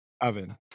oven